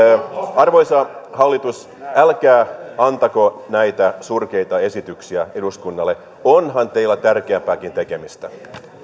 arvoisa hallitus älkää antako näitä surkeita esityksiä eduskunnalle onhan teillä tärkeämpääkin tekemistä